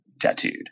tattooed